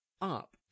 up